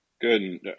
good